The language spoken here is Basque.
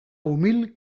umil